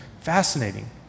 Fascinating